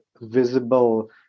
visible